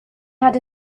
had